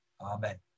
Amen